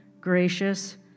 gracious